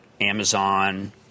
Amazon